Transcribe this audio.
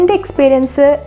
experience